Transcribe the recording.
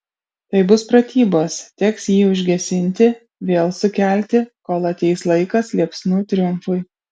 tai bus pratybos teks jį užgesinti vėl sukelti kol ateis laikas liepsnų triumfui